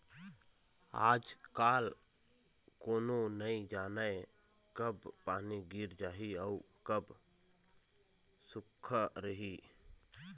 आजकाल कोनो नइ जानय कब पानी गिर जाही अउ कब सुक्खा रही